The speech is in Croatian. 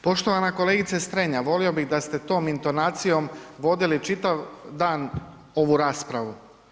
Poštovana kolegice Strenja, volio bih da ste tom intonacijom vodili čitav dan ovu raspravu.